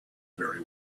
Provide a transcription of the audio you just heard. very